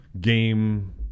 game